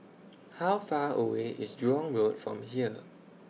How Far away IS Jurong Road from here